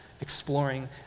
Exploring